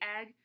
egg